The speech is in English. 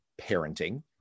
parenting